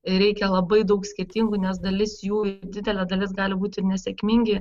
reikia labai daug skirtingų nes dalis jų didelė dalis gali būt ir nesėkmingi